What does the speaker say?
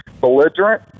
belligerent